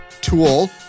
tool